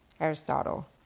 Aristotle